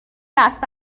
دست